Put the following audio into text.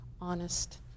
honest